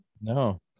No